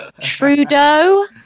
Trudeau